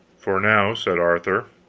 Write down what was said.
for now, said arthur,